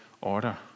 order